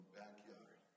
backyard